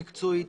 מקצועית,